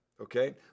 Okay